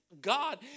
God